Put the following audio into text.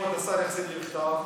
שכבוד השר יחזיר לי בכתב?